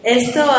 esto